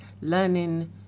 learning